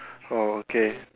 oh okay